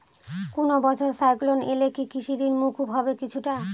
কোনো বছর সাইক্লোন এলে কি কৃষি ঋণ মকুব হবে কিছুটা?